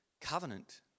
covenant